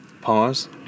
Pause